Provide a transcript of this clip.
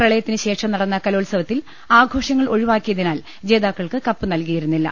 പ്രളയത്തിനു ശേഷം നടന്ന കലോത്സവത്തിൽ ആഘോഷങ്ങൾ ഒഴിവാക്കിയതിനാൽ ജേതാക്കൾക്ക് കപ്പ് നൽകിയിരുന്നില്ല